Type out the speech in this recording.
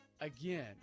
again